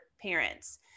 parents